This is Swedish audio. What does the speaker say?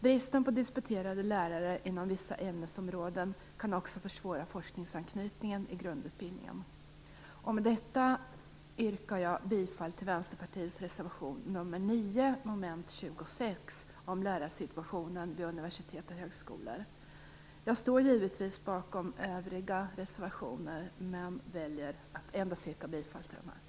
Bristen på disputerade lärare inom vissa ämnesområden kan också försvåra forskningsanknytningen i grundutbildningen. Med detta yrkar jag bifall till Vänsterpartiets reservation nr 9, mom. 26 om lärarsituationen vid universitet och högskolor. Jag står givetvis bakom övriga reservationer, men väljer att endast yrka bifall till denna.